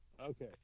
Okay